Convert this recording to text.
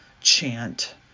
chant